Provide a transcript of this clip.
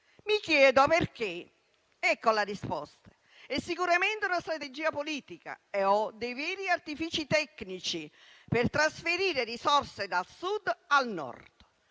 Mi chiedo perché. Ecco la risposta: è sicuramente una strategia politica e/o dei veri artifici tecnici per trasferire risorse dal Sud al Nord.